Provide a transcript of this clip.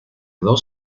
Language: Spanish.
dos